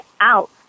out